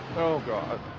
oh, god.